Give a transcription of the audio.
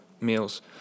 meals